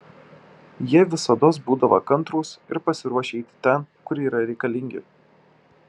jie visados būdavo kantrūs ir pasiruošę eiti ten kur yra reikalingi